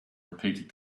repeated